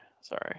Sorry